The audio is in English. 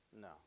no